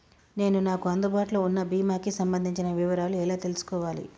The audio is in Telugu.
నేను నాకు అందుబాటులో ఉన్న బీమా కి సంబంధించిన వివరాలు ఎలా తెలుసుకోవాలి?